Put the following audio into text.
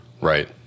Right